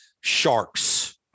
sharks